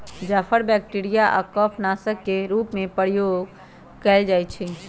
जाफर bacteria आऽ कफ नाशक के रूप में सेहो प्रयोग कएल जाइ छइ